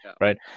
Right